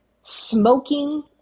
smoking